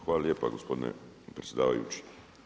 Hvala lijepa gospodine predsjedavajući.